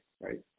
right